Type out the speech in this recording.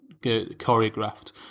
choreographed